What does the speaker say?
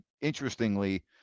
interestingly